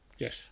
Yes